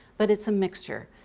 but it's a mixture.